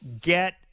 get